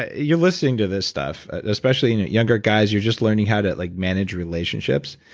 ah you're listening to this stuff, especially younger guys you're just learning how to like manage relationships.